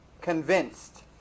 convinced